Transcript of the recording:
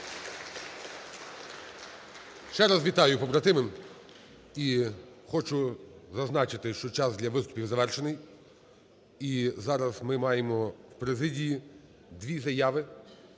Ще раз вітаю, побратими. І хочу зазначити, що час для виступів завершений, і зараз ми маємо в президії дві заяви,